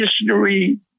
history